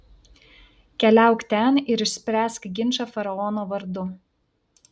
keliauk ten ir išspręsk ginčą faraono vardu